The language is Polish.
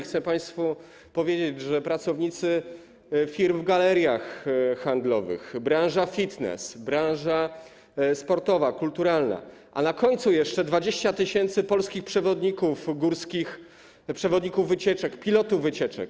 Chcę państwu powiedzieć, że są to pracownicy firm w galeriach handlowych, że jest to branża fitness, branża sportowa, kulturalna, a na końcu jest jeszcze 20 tys. polskich przewodników górskich, przewodników wycieczek i pilotów wycieczek.